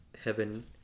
heaven